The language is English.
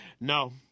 No